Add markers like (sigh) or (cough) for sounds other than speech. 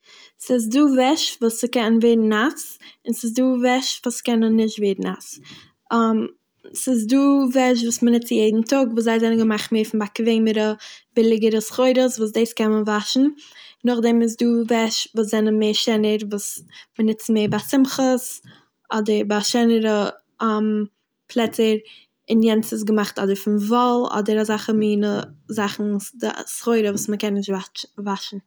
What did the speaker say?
ס'איז דא וועש וואס ס'קען ווערן נאס און ס'איז דא וועש וואס קענען נישט ווערן נאס, (hesitation) ס'איז דא וועש וואס מ'נוצט יעדן טאג וואס זיי זענען געמאכט מער פון באקוועמערע ביליגערע סחורות וואס דאס קען מען וואשן, נאכדעם איז דא וועש וואס זענען מער שענער וואס מ'נוצט מער ביי שמחות אדער ביי שענערע (hesitation) פלעצער און יענץ איז געמאכט אדער פון וואל אדער אזאלכע מינע זאכן סחורה וואס מ'קען נישט וואטש- וואשן.